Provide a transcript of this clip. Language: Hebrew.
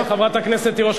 חברת הכנסת תירוש.